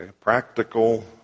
practical